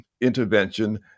intervention